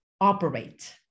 operate